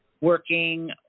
working